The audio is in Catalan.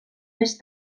més